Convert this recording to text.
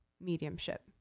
mediumship